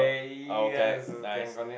oh okay nice